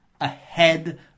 ahead